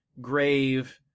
Grave